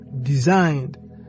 designed